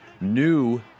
New